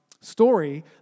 story